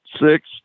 six